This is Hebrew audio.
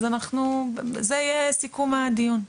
אז זה יהיה סיכום הדיון.